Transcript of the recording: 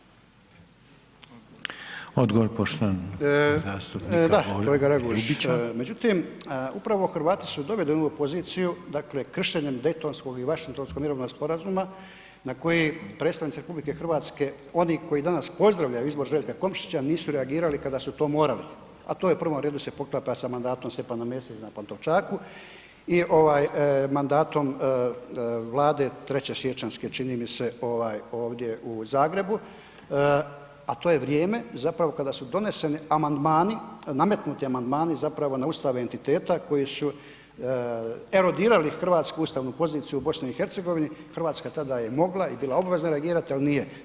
Da, kolega Raguž, međutim upravo Hrvati su dovedeni u ovu poziciju, dakle kršenjem Daytonskog i Washingtonskog mirovnog sporazuma na koji predstavnici RH oni koji danas pozdravljaju izbor Željka Komšića nisu reagirali kada su to morali a to je u prvom redu se poklapa sa mandatom Stjepana Mesića na Pantovčaku i mandatom Vlade 3. siječanjske čini mi se ovdje u Zagrebu a to je vrijeme zapravo kada su doneseni amandmani, nametnuti amandmani zapravo na ustav entiteta koji su erodirali hrvatsku ustavnu poziciju u BiH, Hrvatska tada je mogla i bila obvezna reagirati ali nije.